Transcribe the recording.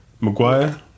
Maguire